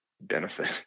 benefit